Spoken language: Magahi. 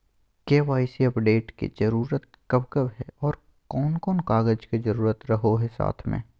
के.वाई.सी अपडेट के जरूरत कब कब है और कौन कौन कागज के जरूरत रहो है साथ में?